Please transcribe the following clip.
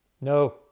no